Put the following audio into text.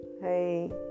hey